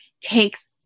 takes